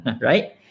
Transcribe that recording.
right